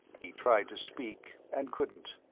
he tried to speak and couldn't.